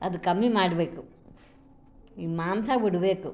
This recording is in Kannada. ಅದು ಕಮ್ಮಿ ಮಾಡಬೇಕು ಈ ಮಾಂಸ ಬಿಡಬೇಕು